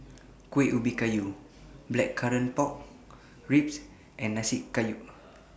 Kueh Ubi Kayu Blackcurrant Pork Ribs and Nasi Campur